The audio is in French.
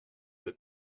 peut